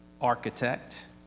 architect